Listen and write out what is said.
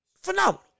Phenomenal